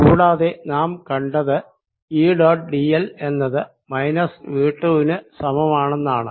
കൂടാതെ നാം കണ്ടത് E ഡോട്ട് d l എന്നത് മൈനസ് V 2 ന് സമമാണെന്നാണ്